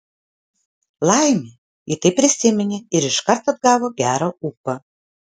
laimė ji tai prisiminė ir iškart atgavo gerą ūpą